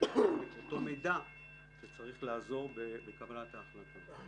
אותו מידע שצריך לעזור בקבלת ההחלטות.